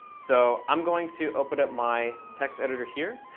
so i'm going to open up my text editor here.